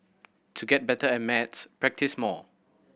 to get better at maths practise more